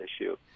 issue